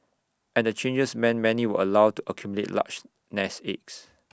and the changes meant many were allowed to accumulate large nest eggs